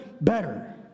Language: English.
better